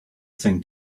thing